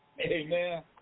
Amen